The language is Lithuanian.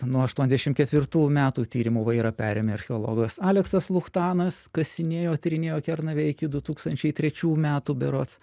nuo aštuoniasdešimt ketvirtų metų tyrimų vairą perėmė archeologas aleksas luchtanas kasinėjo tyrinėjo kernavę iki du tūkstančiai trečių metų berods